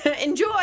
Enjoy